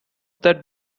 that